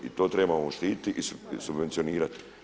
I to trebamo štititi i subvencionirati.